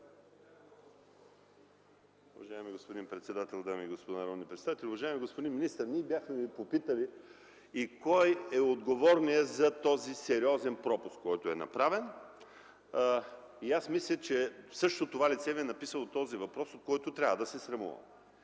Уважаеми господин председател, дами и господа народни представители! Уважаеми господин министър, ние бяхме Ви попитали преди кой е отговорният за този сериозен пропуск, който е направен. Аз мисля, че същото това лице Ви е написало отговора на този въпрос, от който трябва да се срамува.